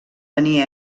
tenir